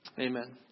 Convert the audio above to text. Amen